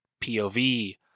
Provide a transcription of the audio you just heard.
POV